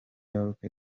york